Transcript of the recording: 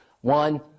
One